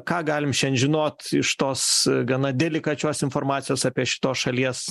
ką galim šian žinot iš tos gana delikačios informacijos apie šitos šalies